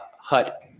hut